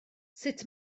sut